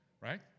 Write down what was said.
Right